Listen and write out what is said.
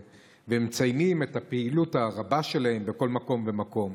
ומציינים את הפעילות הרבה שלהם בכל מקום ומקום.